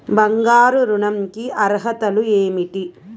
బంగారు ఋణం కి అర్హతలు ఏమిటీ?